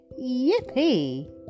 yippee